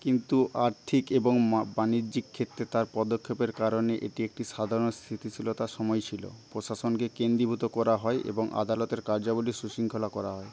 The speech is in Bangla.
কিন্তু আর্থিক এবং বাণিজ্যিক ক্ষেত্রে তার পদক্ষেপের কারণে এটি একটি সাধারণ স্থিতিশীলতার সময় ছিল প্রশাসনকে কেন্দ্রীভূত করা হয় এবং আদালতের কার্যাবলী সুশৃঙ্খল করা হয়